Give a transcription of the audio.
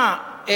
מה,